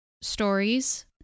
stories